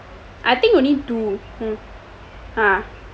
I think only two